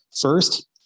First